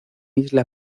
isla